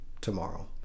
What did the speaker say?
tomorrow